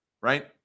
right